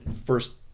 first